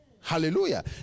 Hallelujah